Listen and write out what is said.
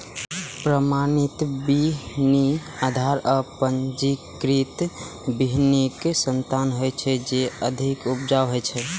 प्रमाणित बीहनि आधार आ पंजीकृत बीहनिक संतान होइ छै, जे अधिक उपजाऊ होइ छै